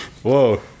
whoa